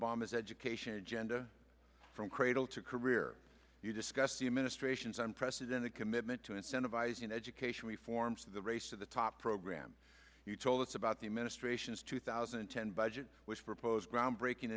obama's education agenda from cradle to career you discussed the administration's i'm president a commitment to incentivizing education reforms to the race to the top program you told us about the administration's two thousand and ten budget which proposed groundbreaking